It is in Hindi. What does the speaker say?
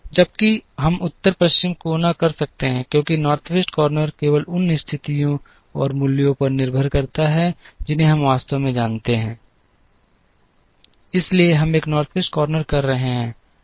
जबकि हम उत्तर पश्चिम कोना कर सकते हैं क्योंकि नॉर्थ वेस्ट कॉर्नर केवल उन स्थितियों और मूल्यों पर निर्भर करता है जिन्हें हम वास्तव में जानते हैं इसलिए हम एक नॉर्थवेस्ट कॉर्नर कर रहे हैं